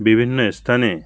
বিভিন্ন স্থানে